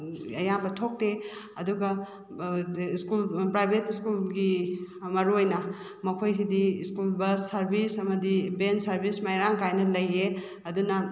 ꯑꯌꯥꯝꯕ ꯊꯣꯛꯇꯦ ꯑꯗꯨꯒ ꯁ꯭ꯀꯨꯜ ꯄ꯭ꯔꯥꯏꯕꯦꯠ ꯁ꯭ꯀꯨꯜꯒꯤ ꯃꯔꯨ ꯑꯣꯏꯅ ꯃꯈꯣꯏꯁꯤꯗꯤ ꯁ꯭ꯀꯨꯜ ꯕꯁ ꯁꯔꯕꯤꯁ ꯑꯃꯗꯤ ꯕꯦꯟ ꯁꯔꯕꯤꯁ ꯃꯔꯥꯡ ꯀꯥꯏꯅ ꯂꯩꯌꯦ ꯑꯗꯨꯅ